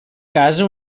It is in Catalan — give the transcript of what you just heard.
casa